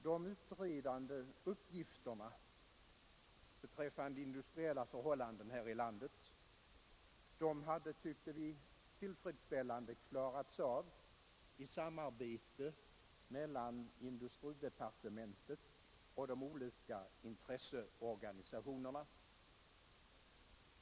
De utredande uppgifterna rörande industriella förhållanden här i landet hade, tyckte vi, klarats av tillfredsställande i samarbete mellan industridepartementet och de olika intresseorganisationerna.